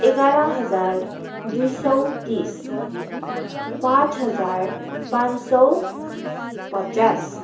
एघार हजार दुई सय तिस पाँच हजार पाँच सय पचास